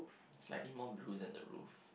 slightly more blue than the roof